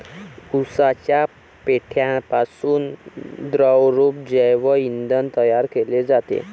उसाच्या पेंढ्यापासून द्रवरूप जैव इंधन तयार केले जाते